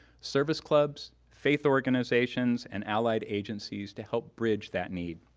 service clubs, faith organizations, and allied agencies to help bridge that need.